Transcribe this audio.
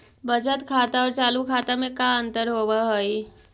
बचत खाता और चालु खाता में का अंतर होव हइ?